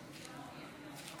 מתנגדים.